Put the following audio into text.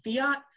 fiat